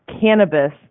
cannabis